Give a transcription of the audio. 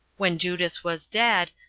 when judas was dead,